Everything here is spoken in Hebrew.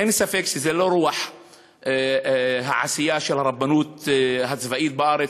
אין ספק שזה לא רוח העשייה של הרבנות הצבאית בארץ,